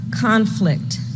conflict